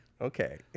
okay